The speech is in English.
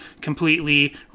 completely